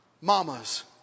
Mamas